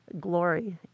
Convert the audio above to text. glory